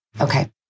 Okay